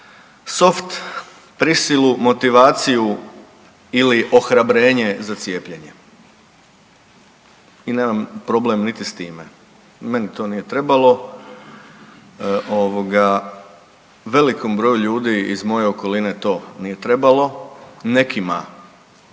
soft prisilu, motivaciju ili ohrabrenje za cijepljenje i nemam problem niti s time. Meni to nije trebalo. Velikom broju ljudi iz moje okoline to nije trebalo. Nekima